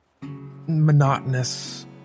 monotonous